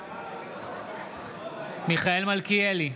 מיכאל מלכיאלי,